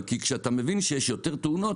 כאשר אתה מבין שיש יותר תאונות,